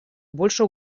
больше